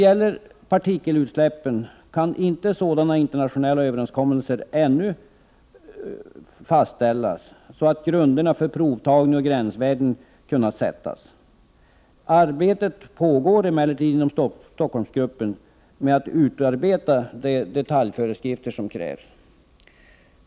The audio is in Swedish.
För partikelutsläppen kan inte sådana internationella överenskommelser ännu fastställas. Därför har inte grunden kunnat läggas för provtagning och gränsvärden. Arbetet pågår emellertid inom Stockholmsgruppen med att utarbeta de detaljföreskrifter som krävs.